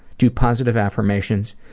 do positive affirmations.